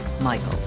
Michael